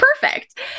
perfect